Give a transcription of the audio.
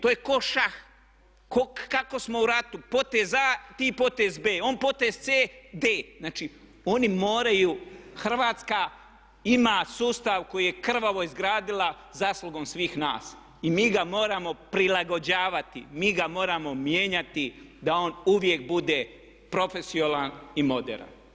To je ko šah, ko kako smo u ratu potez A, ti potez B. On potez C, D. Znači, oni moraju, Hrvatska ima sustav koji je krvavo izgradila zaslugom svih nas i mi ga moramo prilagođavati, mi ga moramo mijenjati da on uvijek bude profesionalan i moderan.